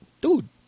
dude